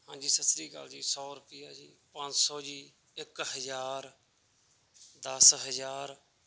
ਹਾਂਜੀ ਸਤਿ ਸ਼੍ਰੀ ਅਕਾਲ ਜੀ ਸੌ ਰੁਪਈਆ ਜੀ ਪੰਜ ਸੌ ਜੀ ਇੱਕ ਹਜ਼ਾਰ ਦਸ ਹਜ਼ਾਰ